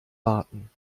warten